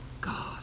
God